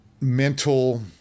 mental